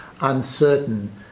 uncertain